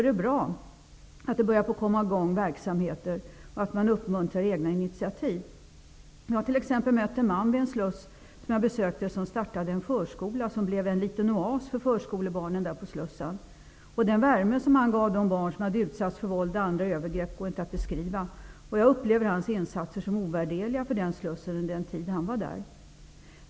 Det är bra att det börjar komma i gång verksamheter och att man uppmuntrar egna initiativ. Jag har t.ex. mött en man vid en sluss jag besökte som startade en förskola som blev en liten oas för förskolebarnen på slussen. Den värme han gav de barn som hade utsatts för våld och andra övergrepp går inte att beskriva. Jag upplever hans insatser som ovärderliga för den slussen under den tid han var där.